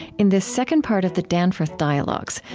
in this second part of the danforth dialogues,